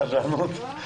סבלנות.